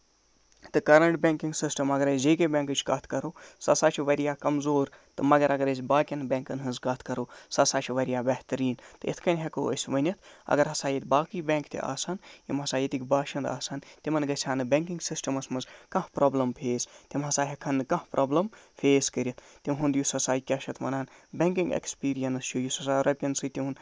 تہٕ current banking system اَگرَے J K بٮ۪نکٕچ اَگرٕے کَتھ کرو سُہ سا چھُ واریاہ کَمزور تہٕ مَگر أسۍ باقٮ۪ن بٮ۪نکَن ہنز کَتھ کرو سُہ سا چھُ واریاہ بہتَریٖن یِتھۍ کٔنۍ ہٮ۪کَو أسۍ ؤنِتھ اَگر ہسا ییٚتہِ باقٕے بٮ۪نک تہِ آسن یِم ہسا ییٚتِکۍ باشَند آسن تِمن گژھِ ہَنہ بٮ۪نکِنگ سِسٹَمَس منٛز کانہہ پرابلِم فٮ۪س تِم ہسا ہٮ۪کہٕ ہَن نہٕ کانہہ پرابلِم فٮ۪س کٔرِتھ تِہُند یُس ہسا کیاہ چھِ یَتھ وَنان بٮ۪نکِنگ اٮ۪کٔسپِرینٔس چھُ یُس ہسا رۄپِیَن سۭتۍ تِہُند